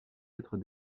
être